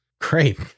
Great